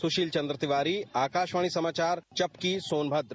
सुशील चंद्र तिवारी आकाशवाणी समाचार चपकी सोनभद्र